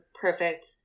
perfect